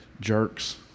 jerks